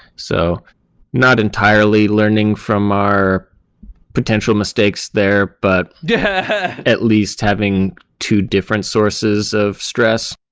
so not entirely learning from our potential mistakes there, but yeah at least having two different sources of stress.